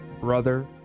brother